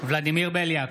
ולדימיר בליאק,